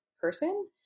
person